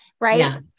right